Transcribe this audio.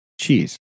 cheese